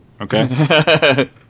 okay